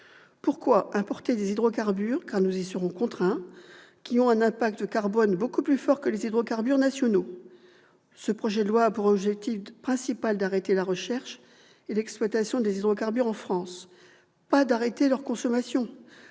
pourquoi importer des hydrocarbures, car nous y serons contraints, qui ont un impact carbone beaucoup plus fort que les hydrocarbures nationaux ? Ce projet de loi a pour objectif principal d'arrêter la recherche et l'exploitation des hydrocarbures en France, pas d'arrêter leur consommation.